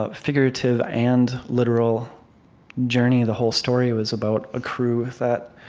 ah figurative and literal journey. the whole story was about a crew that